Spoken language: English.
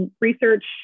research